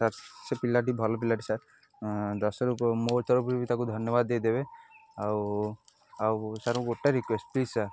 sir ସେ ପିଲାଟି ଭଲ ପିଲାଟି ସାର୍ ମୋ ତରଫରୁ ବି ତା'କୁ ଧନ୍ୟବାଦ୍ ଦେଇଦେବେ ଆଉ ଆଉ ସାର୍ ଗୋଟେ ରିକ୍ୟୁଏଷ୍ଟ୍ ପ୍ଲିଜ୍ ସାର୍